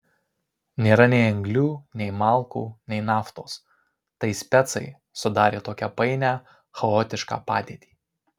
nėra nei anglių nei malkų nei naftos tai specai sudarė tokią painią chaotišką padėtį